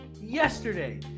Yesterday